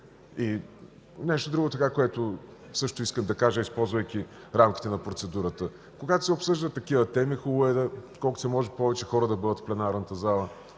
И нещо друго, което също искам да кажа, използвайки рамките на процедурата. Когато се обсъждат такива теми, хубаво е колкото се може повече хора да бъдат в пленарната зала,